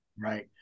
Right